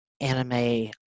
anime